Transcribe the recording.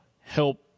help